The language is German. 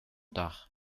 dach